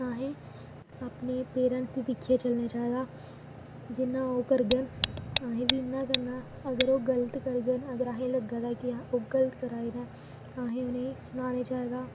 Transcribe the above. अहें अपने पेरेंट्स गी दिक्खियै चलना चाहिदा जि'यां ओह् करङन अहें बी इ'यां गै करना अगर ओह् गलत करङन अगर अहें ई लग्गा दा की ओह् गलत करा दे न ते अहें सनाना चाहिदा